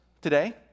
today